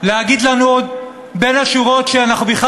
עוד להגיד לנו בין השורות שאנחנו בכלל